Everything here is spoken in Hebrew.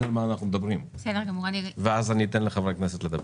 על מה אנחנו מדברים ואז אני אתן לחברי הכנסת לדבר.